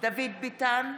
דוד ביטן,